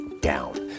down